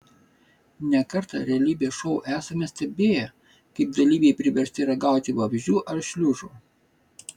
ne kartą realybės šou esame stebėję kaip dalyviai priversti ragauti vabzdžių ar šliužų